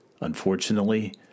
Unfortunately